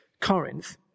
Corinth